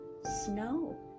snow